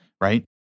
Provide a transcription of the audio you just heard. right